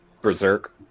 Berserk